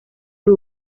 ari